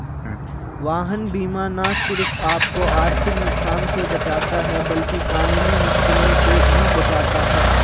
वाहन बीमा न सिर्फ आपको आर्थिक नुकसान से बचाता है, बल्कि कानूनी मुश्किलों से भी बचाता है